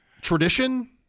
tradition